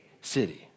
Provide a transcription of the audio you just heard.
city